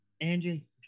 Angie